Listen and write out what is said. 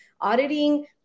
auditing